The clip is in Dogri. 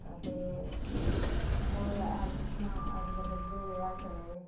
ते गोहे दा हैल सुट्टना अज्जकल ते बथ्हेरे हैल चलेदे